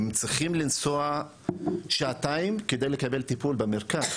הם צריכים לנסוע שעתיים כדי לקבל טיפול במרכז,